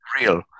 real